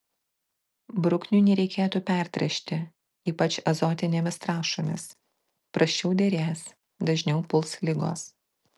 bruknių nereikėtų pertręšti ypač azotinėmis trąšomis prasčiau derės dažniau puls ligos